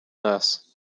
nurse